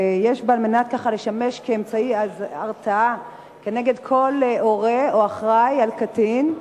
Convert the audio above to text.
ויש בה לשמש אמצעי התראה נגד כל הורה או אחראי לקטין.